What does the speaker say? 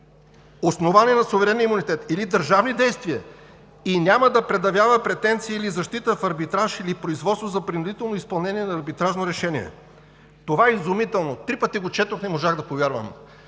основани на суверенния имунитет или държавни действия и няма да предявява претенции или защита в арбитраж, или производство за принудително изпълнение на арбитражно решение“. Това е изумително?! Три пъти го четох, не можах да повярвам.